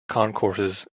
concourses